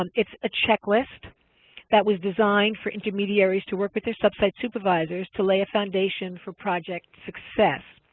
um it's a checklist that we've designed for intermediaries to work with their sub-site supervisors to lay a foundation for project success.